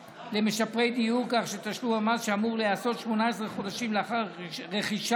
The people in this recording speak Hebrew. למשפרי דיור כך שתשלום המס שאמור להיעשות 18 חודשים לאחר רכישת